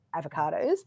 avocados